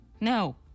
No